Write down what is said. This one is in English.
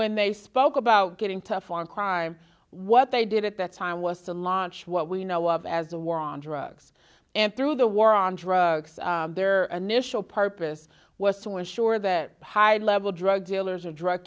when they spoke about getting tough on crime what they did at that time was to launch what we know of as the war on drugs and through the war on drugs their initial partas was to ensure that high level drug dealers or drug